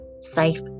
safe